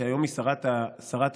שהיום היא שרת הפנים,